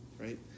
right